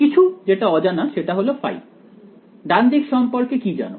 কিছু যেটা অজানা সেটা হল ডান দিক সম্পর্কে কি জানো